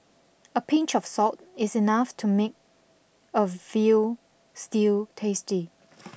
a pinch of salt is enough to make a veal stew tasty